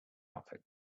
outfit